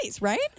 right